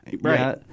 Right